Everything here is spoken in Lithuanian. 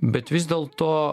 bet vis dėlto